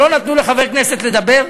שלא נתנו לחבר כנסת לדבר?